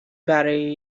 برای